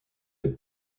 est